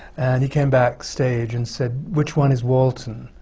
and he came backstage and said, which one is walton?